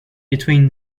between